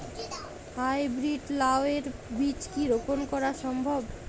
High breed লাও এর বীজ কি রোপন করা সম্ভব?